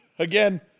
Again